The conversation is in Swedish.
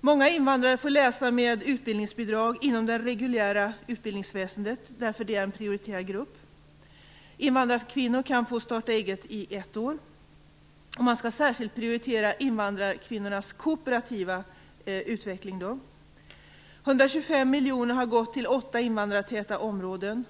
Många invandrare får läsa med utbildningsbidrag inom det reguljära utbildningsväsendet, eftersom de är en prioriterad grupp. Invandrarkvinnor kan få starta-eget-bidrag i ett år, och man skall särskilt prioritera invandrarkvinnornas kooperativa utveckling. 125 miljoner har gått till åtta invandrartäta områden.